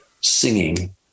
singing